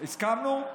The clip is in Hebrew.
הסכמנו?